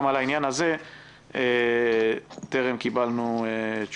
גם על העניין הזה טרם קיבלנו תשובות.